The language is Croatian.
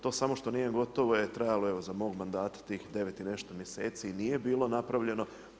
To samo što nije gotovo je trajalo evo za mog mandata tih 9 i nešto mjeseci i nije bilo napravljeno.